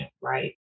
right